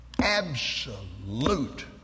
absolute